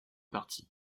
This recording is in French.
partie